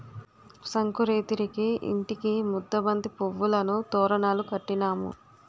సంకురేతిరికి ఇంటికి ముద్దబంతి పువ్వులను తోరణాలు కట్టినాము